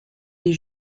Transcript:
des